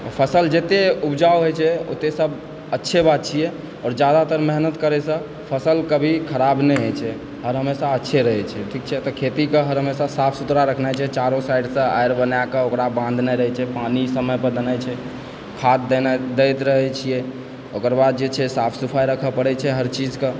फसल जते उपजाउ होइ छै ओते सब अच्छे बात छियै आओर जादातर मेहनत करयसँ फसल कभी खराब नहि होइ छै हर हमेशा अच्छे रहै छै ठीक छै तऽ खेतीके हर हमेशा साफ सुथड़ा रखनाइ छै चारो साइडसँ आरि बनाकऽ ओकरा बाँधनाइ रहै छै पानि समयपर देनाइ रहै छै खाद दैत रहै छियै ओकर बाद जे छै साफ सफाई राखऽ पड़ैै छै हर चीजके